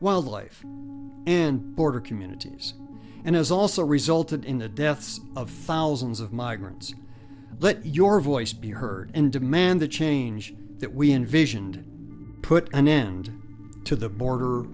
wildlife and border communities and has also resulted in the deaths of thousands of migrants let your voice be heard and demand the change that we envisioned put an end to the border